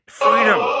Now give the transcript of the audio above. freedom